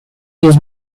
his